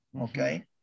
okay